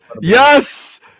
yes